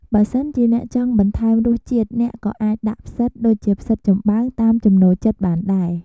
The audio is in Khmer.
បើសិនជាអ្នកចង់បន្ថែមរសជាតិ អ្នកក៏អាចដាក់ផ្សិត ដូចជាផ្សិតចំបើង តាមចំណូលចិត្តបានដែរ។